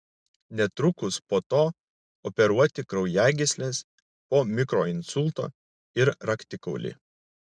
netrukus po to operuoti kraujagysles po mikroinsulto ir raktikaulį